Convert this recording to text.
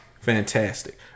Fantastic